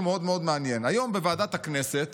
מאוד מאוד מעניין: היום בוועדת הכנסת